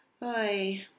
bye